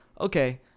okay